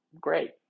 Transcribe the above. great